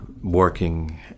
working